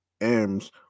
M's